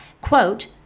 quote